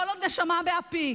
כל עוד נשמה באפי,